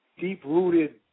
deep-rooted